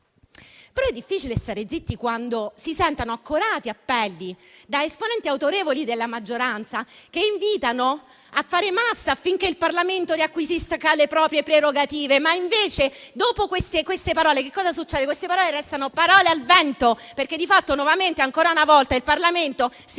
però difficile stare zitti quando si sentono accorati appelli, da parte di esponenti autorevoli della maggioranza, che invitano a fare massa affinché il Parlamento riacquisisca le proprie prerogative. Queste restano però parole al vento, perché di fatto, nuovamente, ancora una volta il Parlamento si è